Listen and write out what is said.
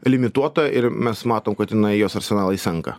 limituota ir mes matom kad jinai jos arsenalai senka